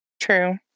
True